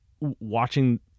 watching